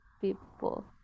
people